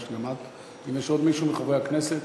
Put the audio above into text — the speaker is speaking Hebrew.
אם יש עוד מישהו מחברי הכנסת,